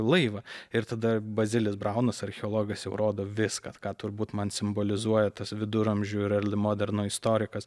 laivą ir tada bazilis braunas archeologas jau rodo viską ką turbūt man simbolizuoja tas viduramžių ir eldimoderno istorikas